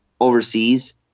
overseas